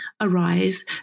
arise